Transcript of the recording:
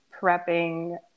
prepping